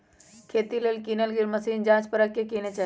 खेती लेल किनल गेल मशीन जाच परख के किने चाहि